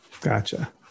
Gotcha